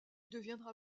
deviendra